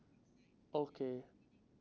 okay